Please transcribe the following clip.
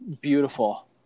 Beautiful